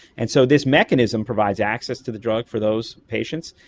and so this mechanism provides access to the drug for those patients,